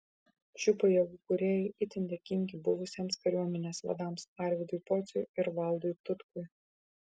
šių pajėgų kūrėjai itin dėkingi buvusiems kariuomenės vadams arvydui pociui ir valdui tutkui